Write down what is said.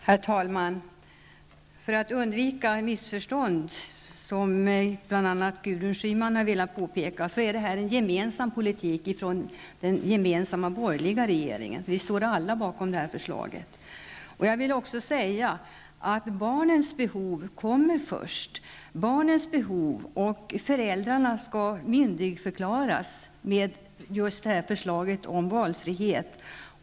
Herr talman! För att undvika missförstånd, som bl.a. Gudrun Schyman har velat påpeka, vill jag säga att det här är en gemensam politik från den borgerliga regeringen. Vi står alla bakom detta förslag. Jag vill också säga att barnens behov kommer först. Föräldrarna skall myndigförklaras med just förslaget om valfrihet.